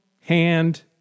hand